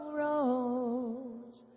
rose